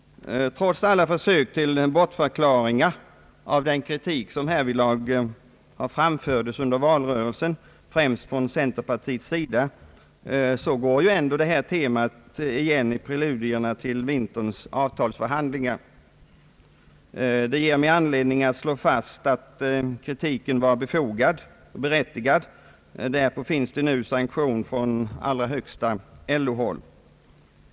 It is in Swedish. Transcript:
Trots alla försök till bortförklaringar av den kritik som härvidlag framfördes under valrörelsen, främst från center patiets sida, går temat ändå igen i preludierna till vinterns avtalsförhandlingar. Det ger mig anledning att slå fast att kritiken var berättigad, därpå finns det nu sanktion från allra högsta LO-håll.